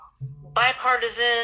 bipartisan